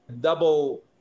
double